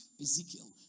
Ezekiel